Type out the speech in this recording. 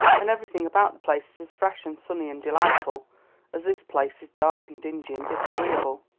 and everything about the place is as fresh and sunny and delightful as this place is dark and dingy and disagreeable.